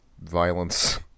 violence